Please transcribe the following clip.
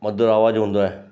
मधुर आवाज हूंदो आहे